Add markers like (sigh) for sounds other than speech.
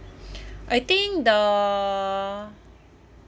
(breath) I think the